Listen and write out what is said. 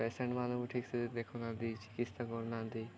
ପେସେଣ୍ଟମାନଙ୍କୁ ଠିକ୍ସେ ଦେଖୁନାହାନ୍ତି ଚିକିତ୍ସା କରୁନାହାନ୍ତି